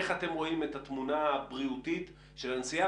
איך אתם רואים את התמונה הבריאותית של הנסיעה,